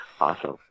Awesome